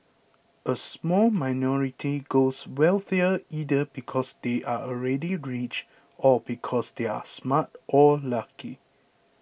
a small minority grows wealthier either because they are already rich or because they are smart or lucky